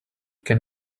can